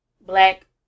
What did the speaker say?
Black